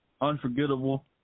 unforgettable